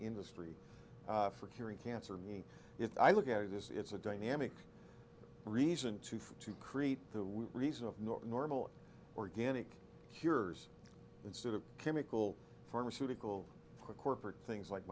industry for curing cancer me if i look at it is it's a dynamic reason to to create the reason of not normal organic cures instead of chemical pharmaceutical corporate things like